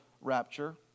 rapture